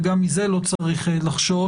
וגם מזה לא צריך לחשוש,